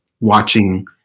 watching